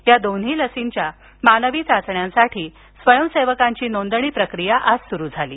या दोन्ही लसींच्या मानवी चाचण्यांसाठी स्वयंसेवकांची नोंदणी प्रक्रीया आज सुरू झाली